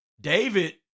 David